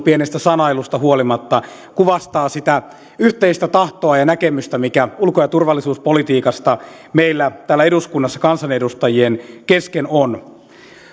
pienestä sanailusta huolimatta kohtuullisen hyvähenkinen keskustelu kuvastaa sitä yhteistä tahtoa ja näkemystä mikä ulko ja turvallisuuspolitiikasta meillä täällä eduskunnassa kansanedustajien kesken on